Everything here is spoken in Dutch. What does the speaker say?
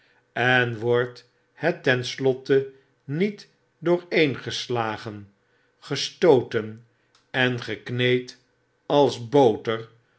en wordt het ten slotte niet dooreengesiagen gestooten en gekneed als boter